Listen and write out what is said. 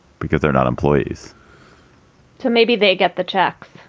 because they're not employees too maybe they get the checks